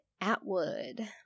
atwood